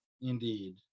Indeed